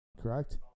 correct